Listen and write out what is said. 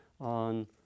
on